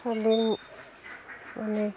চলি মানে